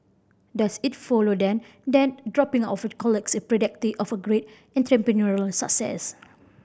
does it follow then that dropping of college is a predictor of great entrepreneurial success